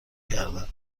کردم